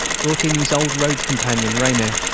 brought in his old road-companion ramier,